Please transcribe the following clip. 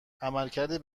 عملکرد